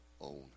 own